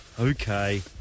Okay